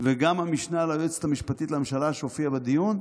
וגם המשנה ליועצת המשפטית לממשלה שהופיעה בדיון,